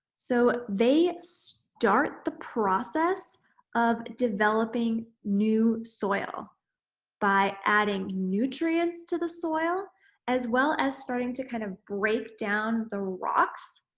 so, they start the process of developing new soil by adding nutrients to the soil as well as starting to kind of break down the rocks.